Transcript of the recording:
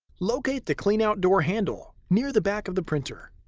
locate the cleanout door handle near the back of the printer.